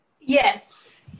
yes